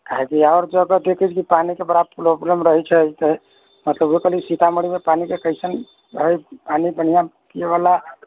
idea आओर जगह देखै छलियै पानीके बड़ा प्रोब्लेम रहै छै तऽ मतलब सीतामढ़ीमे पानीके कैसन रहै पानी बढ़िआँ पियैवला